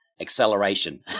acceleration